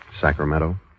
Sacramento